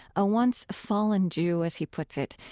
a once fallen jew, as he puts it,